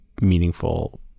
meaningful